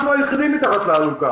אנחנו היחידים שנמצאים מתחת לאלונקה.